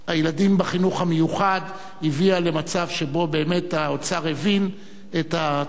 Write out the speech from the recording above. בחינוך המיוחד הביאה למצב שבו באמת האוצר הבין את הצורך.